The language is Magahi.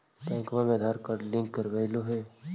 बैंकवा मे आधार कार्ड लिंक करवैलहो है?